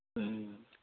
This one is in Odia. ହୁଁ